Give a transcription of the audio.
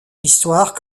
histoire